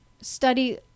study